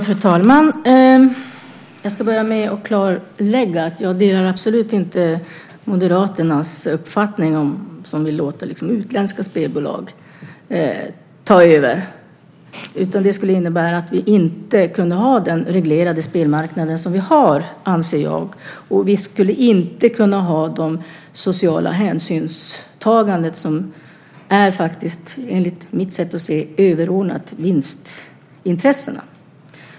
Fru talman! Jag ska börja med att klarlägga att jag absolut inte delar Moderaternas uppfattning att man ska låta utländska spelbolag ta över. Jag anser att det skulle innebära att vi inte kan ha den reglerade spelmarknad som vi har. Och vi skulle inte kunna ha det sociala hänsynstagande som enligt mitt sätt att se är överordnat vinstintressena.